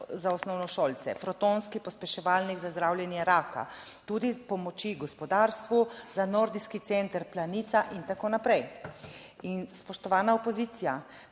za osnovnošolce, protonski pospeševalnik za zdravljenje raka, tudi pomoči gospodarstvu, za nordijski center Planica in tako naprej. In spoštovana opozicija,